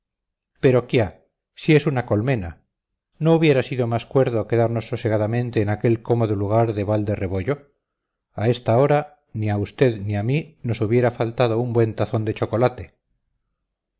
pero quia si es una colmena no hubiera sido más cuerdo quedarnos sosegadamente en aquel cómodo lugar de val de rebollo a esta hora ni a usted ni a mí nos hubiera faltado un buen tazón de chocolate